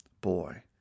boy